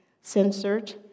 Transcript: censored